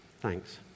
thanks